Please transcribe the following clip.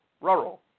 Rural